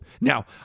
Now